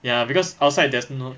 ya because outside there's no